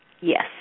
Yes